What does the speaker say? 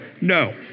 no